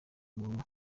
umuntu